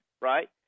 Right